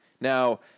Now